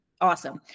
Awesome